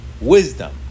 Wisdom